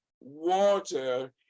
water